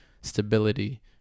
stability